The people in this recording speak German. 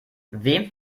wem